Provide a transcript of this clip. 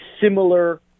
similar